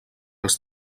els